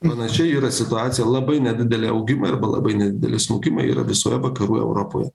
panašiai yra situacija labai nedideli augimai arba labai nedideli smukimai yra visoje vakarų europoje